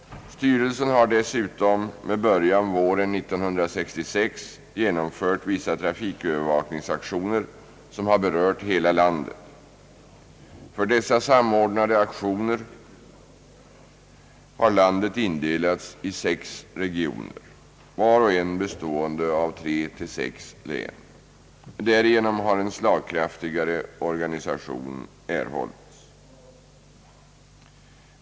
Styrelsen har dessutom med början våren 1966 genomfört vissa trafikövervakningsaktioner som har berört hela landet. För dessa samordnade aktioner har landet indelats i 6 regioner, var och en bestående av 3—6 län. Därigenom har en slagkraftigare organisation erhållits.